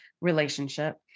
relationship